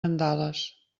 mandales